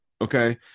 Okay